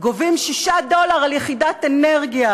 גובים 6 דולר על יחידת אנרגיה,